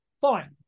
Fine